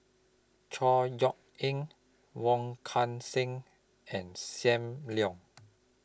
Chor Yeok Eng Wong Kan Seng and SAM Leong